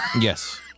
Yes